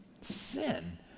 Sin